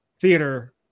theater